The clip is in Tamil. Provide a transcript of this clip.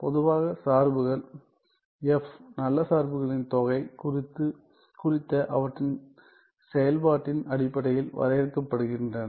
பொதுவான சார்புகள் நல்ல சார்புகளின் தொகை குறித்த அவற்றின் செயல்பாட்டின் அடிப்படையில் வரையறுக்கப்படுகின்றன